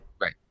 Right